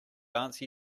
answer